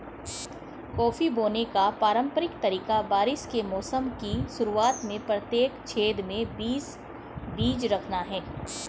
coffee बोने का पारंपरिक तरीका बारिश के मौसम की शुरुआत में प्रत्येक छेद में बीस बीज रखना है